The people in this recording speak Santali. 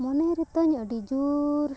ᱢᱚᱱᱮ ᱨᱮᱛᱟᱹᱧ ᱟᱹᱰᱤ ᱡᱩᱨ